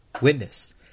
witness